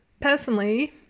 personally